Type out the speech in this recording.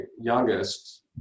youngest